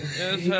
yes